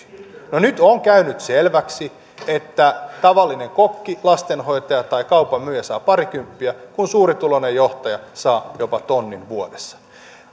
keskituloisiin nyt on käynyt selväksi että tavallinen kokki lastenhoitaja tai kaupanmyyjä saa parikymppiä kun suurituloinen johtaja saa jopa tonnin vuodessa